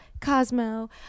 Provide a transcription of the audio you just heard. Cosmo